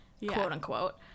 quote-unquote